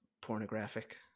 pornographic